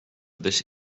this